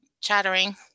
chattering